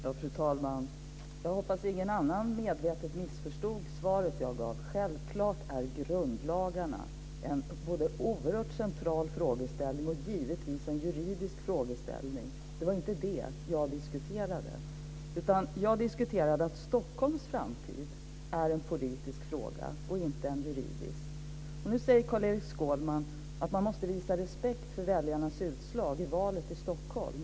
Fru talman! Jag hoppas att ingen annan medvetet missförstod svaret jag gav. Frågan om grundlagarna är självfallet en oerhört central fråga. Det är givetvis en juridisk fråga. Det var inte det jag diskuterade. Jag diskuterade att Stockholms framtid är en politisk fråga och inte en juridisk fråga. Nu säger Carl-Erik Skårman att man måste visa respekt för väljarnas utslag i valet i Stockholm.